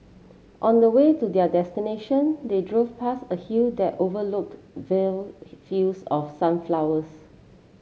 on the way to their destination they drove past a hill that overlooked vile fields of sunflowers